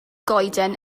goeden